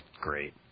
great